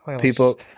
people